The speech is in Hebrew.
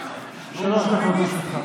שלוש דקות לרשותך.